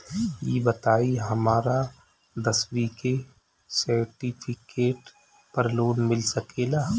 ई बताई हमरा दसवीं के सेर्टफिकेट पर लोन मिल सकेला?